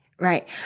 right